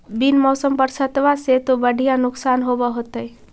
बिन मौसम बरसतबा से तो बढ़िया नुक्सान होब होतै?